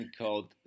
called